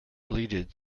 bleated